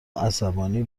عصبانی